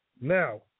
Now